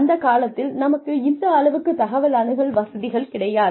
அந்த காலத்தில் நமக்கு இந்த அளவுக்குத் தகவல் அணுகல் வசதிகள் கிடையாது